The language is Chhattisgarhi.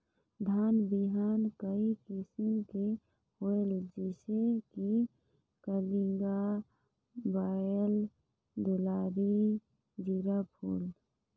धान बिहान कई किसम के होयल जिसे कि कलिंगा, बाएल दुलारी, जीराफुल?